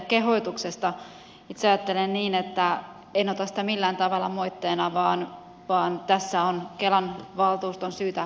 itse ajattelen niin että en ota sitä millään tavalla moitteena vaan tässä on kelan valtuuston syytä katsoa peiliin